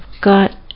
got